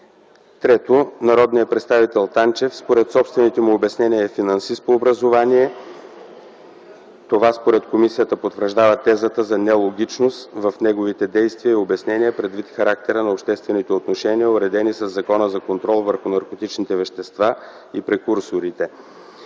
Трето, народният представител Танчев според собствените му обяснения е финансист по образование. Това според комисията потвърждава тезата за нелогичност в неговите действия и обяснения, предвид характера на обществените отношения, уредени със Закона за контрол върху наркотичните вещества и прекурсорите.